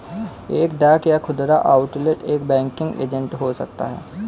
एक डाक या खुदरा आउटलेट एक बैंकिंग एजेंट हो सकता है